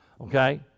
Okay